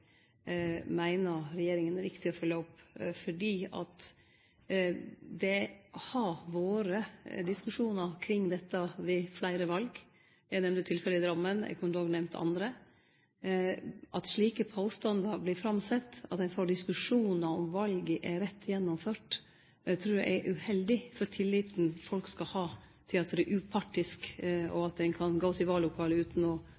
meiner regjeringa det er viktig å følgje opp, fordi det har vore diskusjonar kring dette ved fleire val. Eg nemnde tilfellet i Drammen, eg kunne òg nemnt andre. At slike påstandar vert framsette, at ein får diskusjonar om valet er rett gjennomført, trur eg er uheldig for tilliten folk skal ha til at det er upartisk, og at ein kan gå til vallokalet utan å